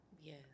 Yes